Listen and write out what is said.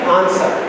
answer